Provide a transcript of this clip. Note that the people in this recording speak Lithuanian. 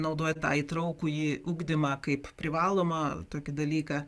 naudoja tą įtraukųjį ugdymą kaip privalomą tokį dalyką